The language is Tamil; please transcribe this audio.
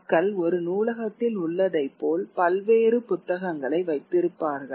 மக்கள் ஒரு நூலகத்தில் உள்ளதைப்போல் பல்வேறு புத்தகங்களை வைத்திருப்பார்கள்